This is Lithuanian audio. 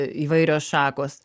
įvairios šakos